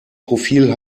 profil